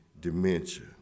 dementia